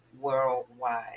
worldwide